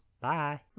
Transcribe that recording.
Bye